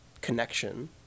Connection